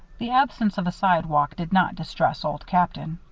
the absence of a sidewalk did not distress old captain.